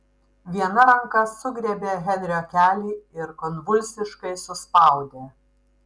viena ranka sugriebė henrio kelį ir konvulsiškai suspaudė